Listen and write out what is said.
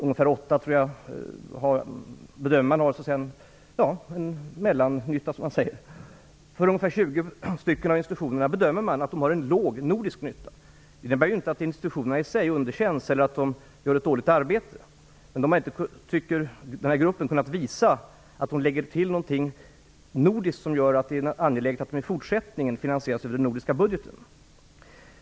Ungefär 8 anges ligga i ett mellanläge, och ca 20 av institutionerna bedöms ha en låg nordisk nytta. Det innebär inte att institutionerna i sig underkänns eller att de gör ett dåligt arbete, men man har inte i den här gruppen kunnat visa att de lägger till något nordiskt som gör att det är angeläget att de i fortsättningen finansieras över den nordiska budgeten.